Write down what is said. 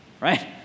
right